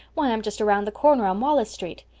why, i'm just around the corner on wallace street.